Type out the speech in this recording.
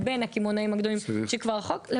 הכלכלה נתונים.